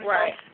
Right